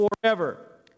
forever